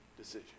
decision